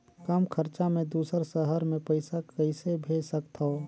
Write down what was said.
कम खरचा मे दुसर शहर मे पईसा कइसे भेज सकथव?